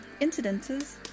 incidences